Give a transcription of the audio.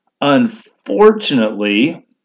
unfortunately